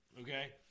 Okay